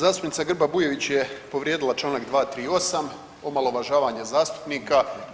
Zastupnica Grba Bujević je povrijedila članak 238. omalovažavanje zastupnika.